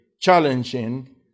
challenging